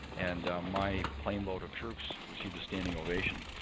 and my plane load of troops received a standing ovation.